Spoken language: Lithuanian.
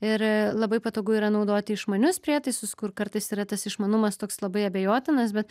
ir labai patogu yra naudoti išmanius prietaisus kur kartais yra tas išmanumas toks labai abejotinas be